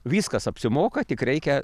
viskas apsimoka tik reikia